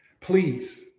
please